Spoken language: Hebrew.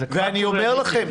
אני אומר לכם,